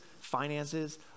finances